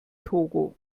togo